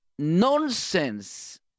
nonsense